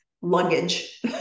luggage